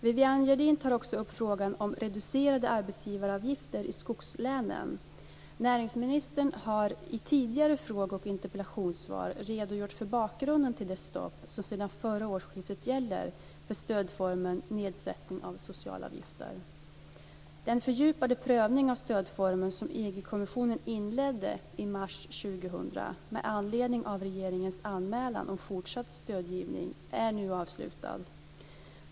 Viviann Gerdin tar också upp frågan om reducerade arbetsgivaravgifter i skogslänen. Näringsministern har i tidigare fråge och interpellationssvar redogjort för bakgrunden till det stopp som sedan förra årsskiftet gäller för stödformen nedsättning av socialavgifter. Den fördjupade prövning av stödformen som EG kommissionen inledde i mars 2000, med anledning av regeringens anmälan om fortsatt stödgivning, är nu avslutad.